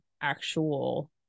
actual